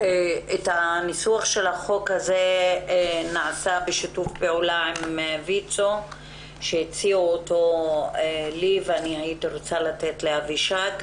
ניסוח הצעת החוק נעשה בשיתוף עם ויצ"ו והייתי רוצה לשמוע אותם.